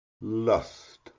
Lust